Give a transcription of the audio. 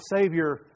Savior